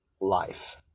life